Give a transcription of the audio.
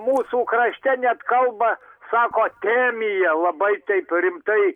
mūsų krašte net kalba sako temija labai taip rimtai